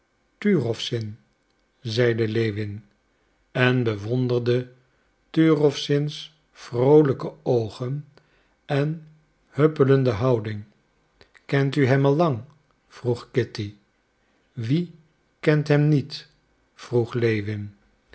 turowzin zeide lewin en bewonderde turowzins vroolijke oogen en huppelende houding kent u hem al lang vroeg kitty wie kent hem niet vroeg lewin